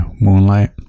Moonlight